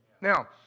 Now